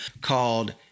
called